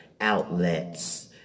outlets